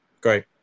great